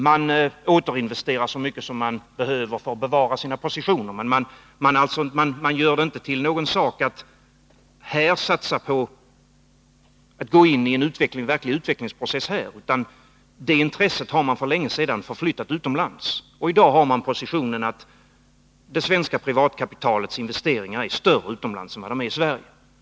Man återinvesterar så mycket som man behöver för att bevara sina positioner, men man gör det inte till någon sak att gå in i en verklig utvecklingsprocess här. Det intresset har man för länge sedan förflyttat utomlands. I dag har man positionen att det svenska privatkapitalets investeringar är större utomlands än vad de är i Sverige.